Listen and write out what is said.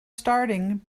starting